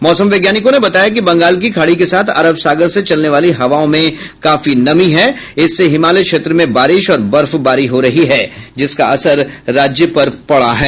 मौसम वैज्ञानिकों ने बताया है कि बंगाल की खाड़ी के साथ अरब सागर से चलने वाली हवाओं में काफी नमी है इससे हिमालय क्षेत्र में बारिश और बर्फबारी हो रही जिसका असर राज्य पर पड़ रहा है